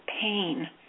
pain